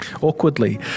awkwardly